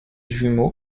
jumeaux